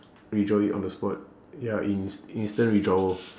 withdraw it on the spot ya ins~ instant withdrawal